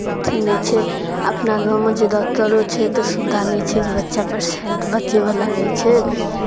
अथि नहि छै अपना गाँवमे जे डाक्टरो छै तऽ सुविधा नहि छै जे बचै पेशेंट बचयवला नहि छै